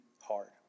hard